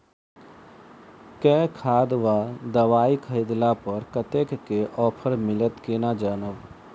केँ खाद वा दवाई खरीदला पर कतेक केँ ऑफर मिलत केना जानब?